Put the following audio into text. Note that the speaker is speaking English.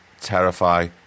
terrify